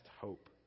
hope